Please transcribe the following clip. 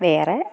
വേറെ